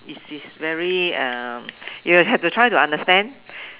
is is very um you will have to try to understand